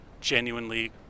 genuinely